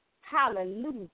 Hallelujah